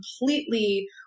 completely